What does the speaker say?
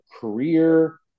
career